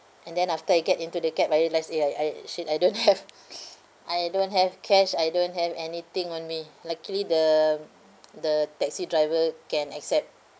and then after I get into the cab I realised eh I I shit I don't have I don't have cash I don't have anything on me luckily the the taxi driver can accept